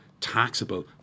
taxable